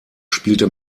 spielte